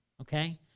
okay